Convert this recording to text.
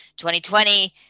2020